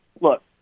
look